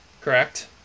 correct